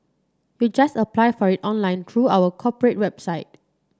you just apply for it online through our corporate website